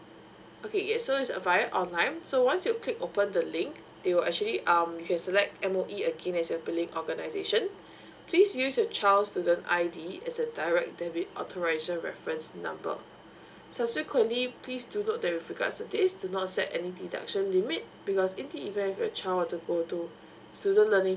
okay yes so it's err via online so once you click open the link they will actually um you can select M_O_E again as your billing organisation please use your child student I D as a direct debit authorization reference number subsequently please do note that with regards to this do not set any deduction limit because in the event if your child want to go to student learning